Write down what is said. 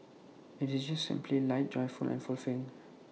IT is just simply light joyful and fulfilling